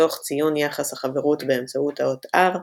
תוך ציון יחס החברות באמצעות האות R,